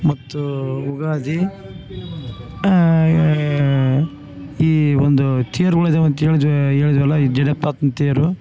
ಮತ್ತು ಉಗಾದಿ ಈ ಒಂದು ತೇರ್ಗಳಿದ್ದಾವೆ ಅಂತೇಳಿದ್ವಿ ಹೇಳಿದ್ವಲ್ಲ ಈ ಜಡಪ್ ತಾತುನ ತೇರು